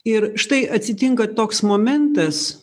ir štai atsitinka toks momentas